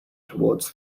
towards